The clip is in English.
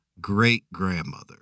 great-grandmother